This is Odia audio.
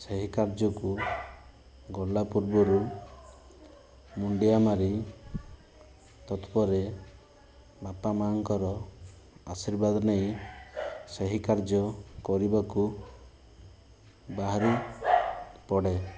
ସେହି କାର୍ଯ୍ୟକୁ ଗଲା ପୂର୍ବରୁ ମୁଣ୍ଡିଆମାରି ତତ୍ପରେ ବାପାମାଙ୍କର ଆଶୀର୍ବାଦ ନେଇ ସେହିକାର୍ଯ୍ୟ କରିବାକୁ ବାହାରି ପଡ଼େ